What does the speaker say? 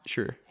Sure